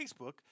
facebook